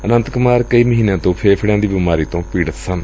ਅਨੰਤ ਕੁਮਾਰ ਕਈ ਮਹੀਨਿਆਂ ਤੋਂ ਫੇਫੜਿਆਂ ਦੀ ਬੀਮਾਰੀ ਤੋਂ ਪੀੜਤ ਸਨ